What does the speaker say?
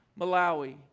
Malawi